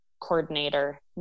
coordinator